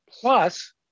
plus